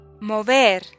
Mover